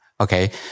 Okay